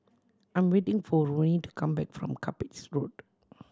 I'm waiting for Roni to come back from Cuppage Road